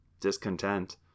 discontent